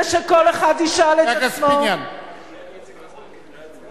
ושכל אחד ישאל את עצמו, חבר הכנסת פיניאן.